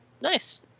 Nice